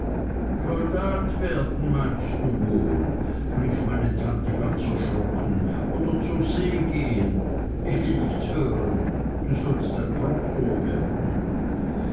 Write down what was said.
soldat werden meinst du wohl rief meine tante ganz erschrocken oder zur see gehen ich will nichts hören du sollst ein proktor werden